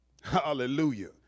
Hallelujah